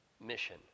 mission